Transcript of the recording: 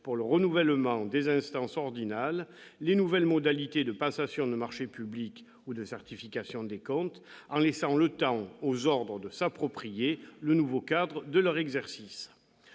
pour le renouvellement des instances ordinales, les nouvelles modalités de passation de marchés publics ou de certification des comptes, en laissant le temps aux ordres de s'approprier le nouveau cadre de leur exercice.